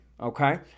Okay